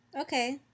Okay